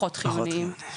פחות חיוניים.